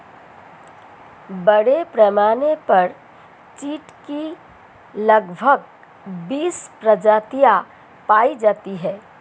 बड़े पैमाने पर चीढ की लगभग बीस प्रजातियां पाई जाती है